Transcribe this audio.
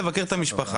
לבקר את המשפחה.